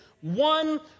one